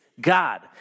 God